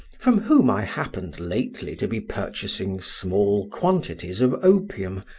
from whom i happened lately to be purchasing small quantities of opium,